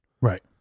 right